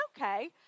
okay